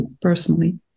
personally